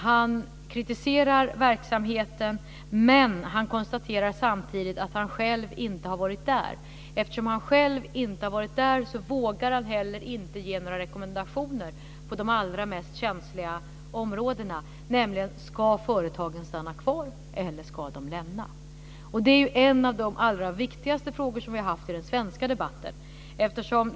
Han kritiserar verksamheten, men han konstaterar samtidigt att han själv inte har varit där. Eftersom han själv inte har varit där vågar han heller inte ge några rekommendationer på de allra mest känsliga områdena, nämligen: Ska företagen stanna kvar, eller ska de lämna? Det är en av de allra viktigaste frågor som vi haft i den svenska debatten.